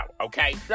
okay